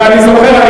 ואני זוכר,